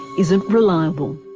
isn't reliable.